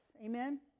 Amen